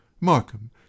Markham